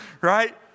Right